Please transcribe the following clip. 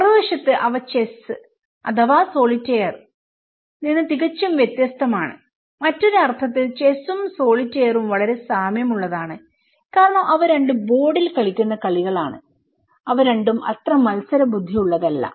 മറുവശത്ത് അവ ചെസ്സ് അഥവാ സോളിറ്റയർ നിന്ന് തികച്ചും വ്യത്യസ്തമാണ് മറ്റൊരു അർത്ഥത്തിൽ ചെസ്സും സോളിറ്റയറും വളരെ സാമ്യമുള്ളതാണ് കാരണം അവ രണ്ടും ബോർഡിൽ കളിക്കുന്നു അവ രണ്ടും അത്ര മത്സരബുദ്ധിയുള്ളതല്ല